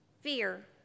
Fear